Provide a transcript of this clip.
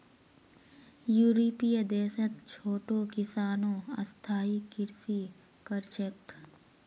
यूरोपीय देशत छोटो किसानो स्थायी कृषि कर छेक